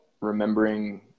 remembering